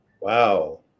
Wow